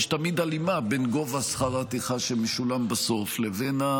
יש תמיד הלימה בין גובה שכר הטרחה שמשולם בסוף לבין,